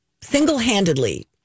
single-handedly